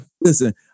Listen